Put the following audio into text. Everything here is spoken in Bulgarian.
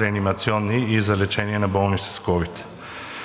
реанимационни легла и за лечение на болни с ковид.